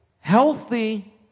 healthy